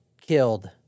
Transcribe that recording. killed